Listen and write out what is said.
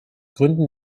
gründen